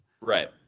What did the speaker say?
right